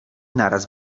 naraz